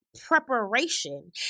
preparation